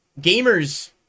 gamers